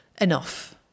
enough